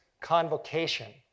Convocation